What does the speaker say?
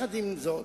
עם זאת,